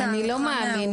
זה לא מהקורונה,